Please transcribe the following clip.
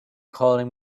calling